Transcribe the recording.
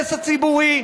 האינטרס הציבורי.